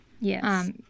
Yes